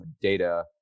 data